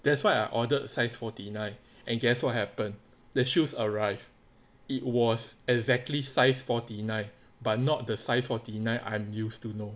that's why I ordered size forty nine and guess what happened the shoes arrived it was exactly size forty nine but not the size forty nine I'm used to know